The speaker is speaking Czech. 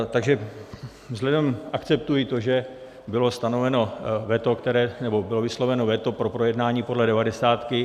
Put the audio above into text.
Takže akceptuji to, že bylo stanoveno veto, nebo bylo vysloveno veto pro projednání podle devadesátky.